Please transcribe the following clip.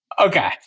Okay